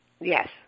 Yes